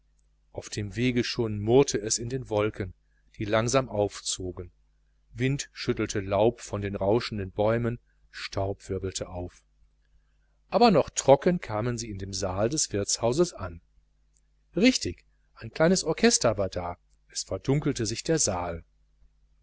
auf dem wege schon murrte es in den wolken die langsam aufzogen wind schüttelte laub von den rauschenden bäumen staub wirbelte auf aber noch trocken kamen sie in dem saal des wirtshauses an richtig ein kleines orchester war da es verdunkelte sich der saal